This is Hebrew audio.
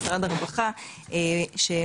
משרד הרווחה שיובילו.